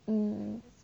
嗯